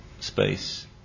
space